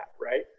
right